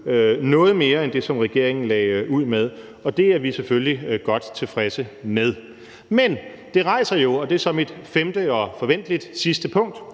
noget mere end det, som regeringen lagde ud med. Det er vi selvfølgelig godt tilfredse med. Men det rejser jo det, der så er mit femte og forventelig sidste punkt